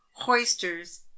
hoisters